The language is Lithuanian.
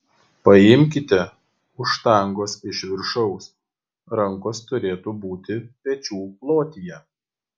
paimkite už štangos iš viršaus rankos turėtų būti pečių plotyje